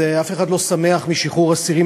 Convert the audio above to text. שאף אחד לא שמח משחרור אסירים,